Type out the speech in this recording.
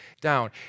down